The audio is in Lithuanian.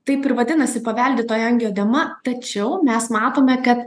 taip ir vadinasi paveldėtoji angioedema tačiau mes matome kad